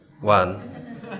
one